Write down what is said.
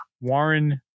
Warren